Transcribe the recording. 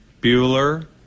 Bueller